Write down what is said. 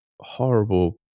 horrible